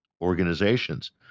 organizations